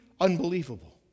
unbelievable